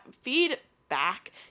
feedback